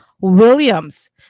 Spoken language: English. Williams